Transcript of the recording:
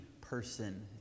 person